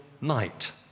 night